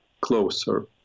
closer